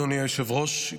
אדוני היושב-ראש,